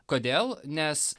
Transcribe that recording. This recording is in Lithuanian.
kodėl nes